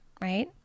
right